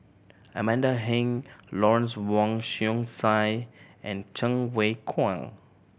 Amanda Heng Lawrence Wong Shyun Tsai and Cheng Wai Keung